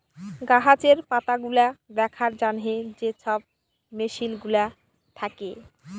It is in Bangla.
গাহাচের পাতাগুলা দ্যাখার জ্যনহে যে ছব মেসিল গুলা থ্যাকে